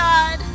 God